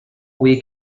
week